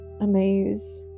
amaze